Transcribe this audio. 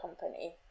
company